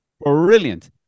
Brilliant